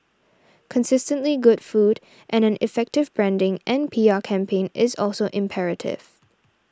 consistently good food and an effective branding and P R campaign is also imperative